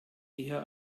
eher